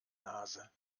nase